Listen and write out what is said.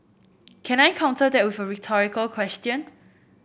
can I counter that with a rhetorical question